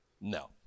No